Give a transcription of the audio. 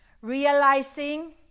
realizing